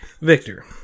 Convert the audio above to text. Victor